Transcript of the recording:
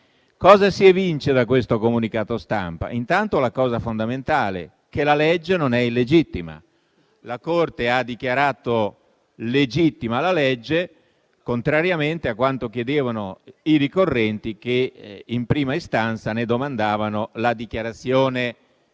Cosa si evince da questo comunicato stampa? Intanto una cosa fondamentale: la legge non è illegittima. La Corte ha dichiarato costituzionalmente legittima la legge, contrariamente a quanto chiedevano i ricorrenti che, in prima istanza, ne domandavano la dichiarazione di illegittimità